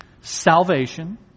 Salvation